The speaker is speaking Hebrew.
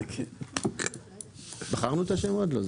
זה בכוונה,